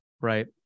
right